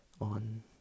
on